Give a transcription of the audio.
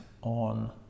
on